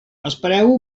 espereu